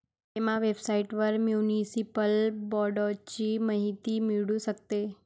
Emma वेबसाइटवर municipal बाँडची माहिती मिळू शकते